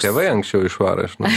tėvai anksčiau išvaro iš namų